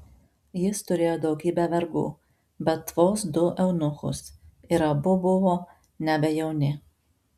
jis turėjo daugybę vergų bet vos du eunuchus ir abu buvo nebe jauni